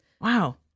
Wow